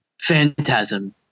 Phantasm